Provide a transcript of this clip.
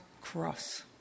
cross